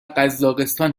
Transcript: قزاقستان